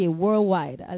worldwide